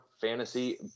Fantasy